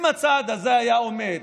אם הצעד הזה היה עומד